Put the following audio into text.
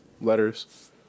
letters